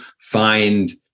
find